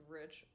rich